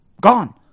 gone